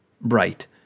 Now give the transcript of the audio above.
bright